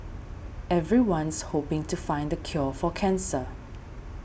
everyone's hoping to find the cure for cancer